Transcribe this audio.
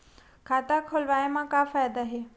खाता खोलवाए मा का फायदा हे